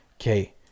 okay